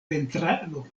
pentrado